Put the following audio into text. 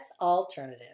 alternative